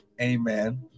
Amen